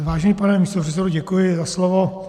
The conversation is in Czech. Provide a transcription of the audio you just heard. Vážený pane místopředsedo, děkuji za slovo.